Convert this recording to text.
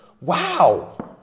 Wow